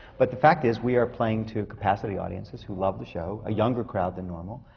but the fact is, we are playing to capacity audiences who love the show, a younger crowd than normal,